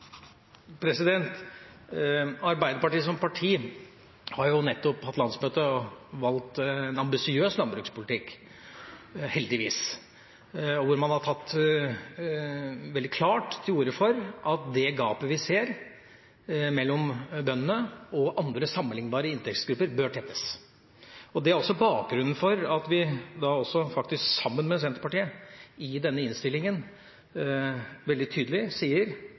Arbeiderpartiet som parti har jo nettopp hatt landsmøte og valgt en ambisiøs landbrukspolitikk, heldigvis, der man har tatt veldig klart til orde for at det gapet vi ser mellom bøndene og andre, sammenlignbare, inntektsgrupper, bør tettes. Det er også bakgrunnen for at vi sammen med Senterpartiet i denne innstillingen veldig tydelig sier